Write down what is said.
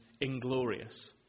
inglorious